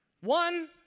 One